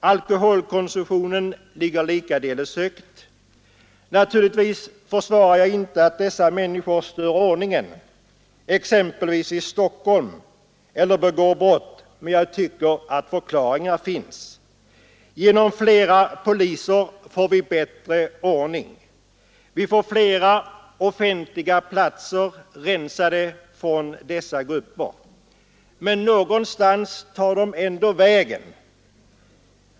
Alkoholkonsumtionen ligger likaledes högt. Naturligtvis försvarar jag inte dessa människor när de stör ordningen exempelvis i Stockholm eller begår brott, men jag tycker att förklaring finns. Genom att anställa fler poliser får vi bättre ordning. Vi får fler offentliga platser rensade från dessa grupper. Men någonstans tar de ändå vägen.